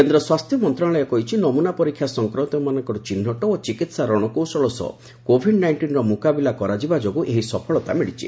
କେନ୍ଦ୍ର ସ୍ୱାସ୍ଥ୍ୟ ମନ୍ତ୍ରଶାଳୟ କହିଛି ନମୁନା ପରୀକ୍ଷା ସଂକ୍ମିତମାନଙ୍କର ଚିହ୍ଟ ଓ ଚିକିିିି ା ରଣକୌଶଳ ସହ କୋଭିଡ୍ ନାଇଷ୍ଟିନର ମୁକାବିଲା କରାଯିବା ଯୋଗୁଁ ଏହି ସଫଳତା ମିଳିଛି